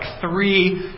three